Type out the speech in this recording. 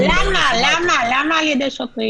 למה על ידי שוטרים?